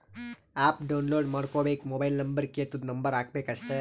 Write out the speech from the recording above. app download ಮಾಡ್ಕೋಬೇಕ್ mobile number ಕೆಳ್ತುದ್ number ಹಾಕಬೇಕ ಅಷ್ಟೇ